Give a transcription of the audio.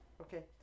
Okay